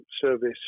service